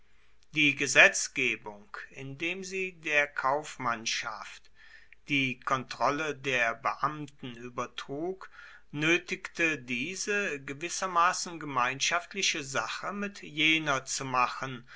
die gesetzgebung indem sie der kaufmannschaft die kontrolle der beamten übertrug nötigte diese gewissermaßen gemeinschaftliche sache mit jener zu machen